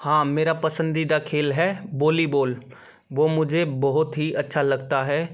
हाँ मेरा पसंदीदा खेल है बॉलीबॉल वो मुझे बहुत ही अच्छा लगता है